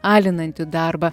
alinantį darbą